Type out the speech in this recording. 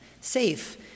safe